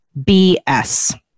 BS